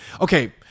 okay